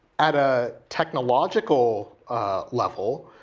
at a technological level,